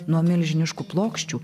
nuo milžiniškų plokščių